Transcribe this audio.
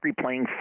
replaying